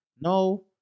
no